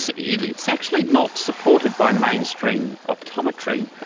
so you know it's actually not supported by mainstream optometry.